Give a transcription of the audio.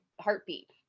heartbeat